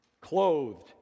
clothed